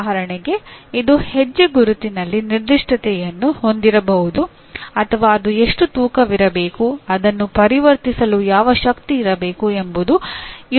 ಉದಾಹರಣೆಗೆ ಇದು ಹೆಜ್ಜೆಗುರುತಿನಲ್ಲಿ ನಿರ್ದಿಷ್ಟತೆಯನ್ನು ಹೊಂದಿರಬಹುದು ಅಥವಾ ಅದು ಎಷ್ಟು ತೂಕವಿರಬೇಕು ಅದನ್ನು ಪರಿವರ್ತಿಸಲು ಯಾವ ಶಕ್ತಿ ಇರಬೇಕು ಎಂಬುದು ಇರುತ್ತದೆ